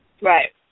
Right